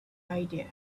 idea